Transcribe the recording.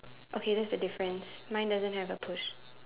okay that's a difference mine doesn't have a push